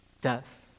death